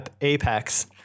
Apex